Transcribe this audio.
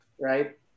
right